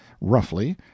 roughly